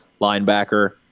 linebacker